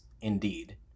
indeed